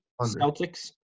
Celtics